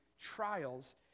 trials